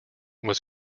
was